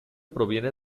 proviene